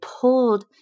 pulled